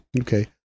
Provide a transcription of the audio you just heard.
Okay